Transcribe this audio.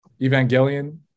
Evangelion